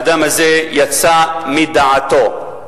האדם הזה יצא מדעתו.